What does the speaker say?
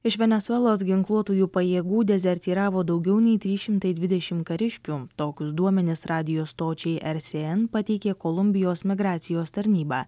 iš venesuelos ginkluotųjų pajėgų dezertyravo daugiau nei trys šimtai dvidešimt kariškių tokius duomenis radijo stočiai er si en pateikė kolumbijos migracijos tarnyba